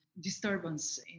disturbance